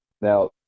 Now